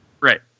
Right